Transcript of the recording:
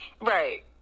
Right